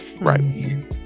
Right